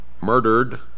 murdered